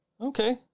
Okay